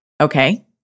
Okay